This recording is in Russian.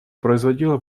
производило